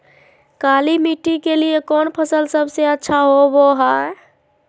काली मिट्टी के लिए कौन फसल सब से अच्छा होबो हाय?